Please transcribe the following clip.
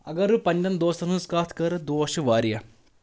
اگر بہٕ پنٛنٮ۪ن دوستَن ہٕنٛز کَتھ کرٕ دوس چھِ واریاہ